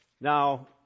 Now